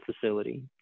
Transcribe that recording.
facility